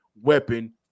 weapon